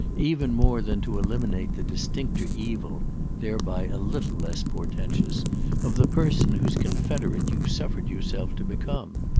even more than to eliminate the distincter evil thereby a little less portentous of the person whose confederate you've suffered yourself to become.